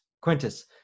Quintus